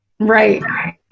Right